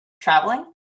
traveling